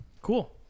Cool